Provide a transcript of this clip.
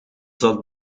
zat